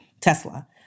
tesla